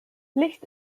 licht